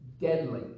deadly